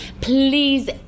please